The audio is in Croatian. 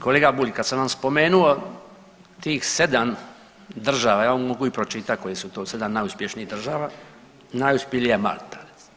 Kolega Bulj kada sam vam spomenuo tih 7 država, ja vam mogu i pročitati koje su to 7 najuspješnijih država najuspjelija je Malta.